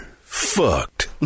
fucked